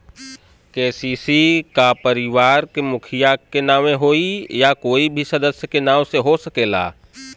KCC का परिवार के मुखिया के नावे होई या कोई भी सदस्य के नाव से हो सकेला?